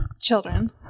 children